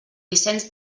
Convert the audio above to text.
vicenç